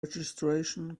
registration